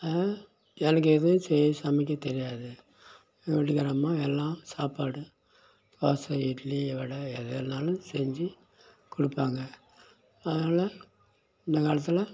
எனக்கு எதுவும் சரியாக சமைக்க தெரியாது எங்கள் வீட்டுக்கார அம்மா எல்லாம் சாப்பாடு தோசை இட்லி வடை எதுவேணாலும் செஞ்சு கொடுப்பாங்க அதனால் இந்த காலத்தில்